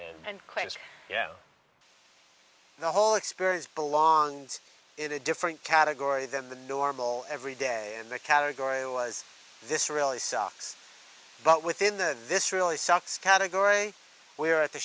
and and quite yeah the whole experience belongs in a different category than the normal everyday in that category was this really sucks but within that this really sucks category we're at the